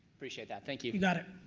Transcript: appreciate that thank you. you got it.